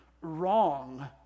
wrong